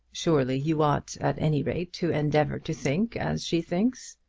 surely you ought at any rate to endeavour to think as she thinks.